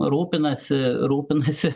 rūpinasi rūpinasi